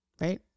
Right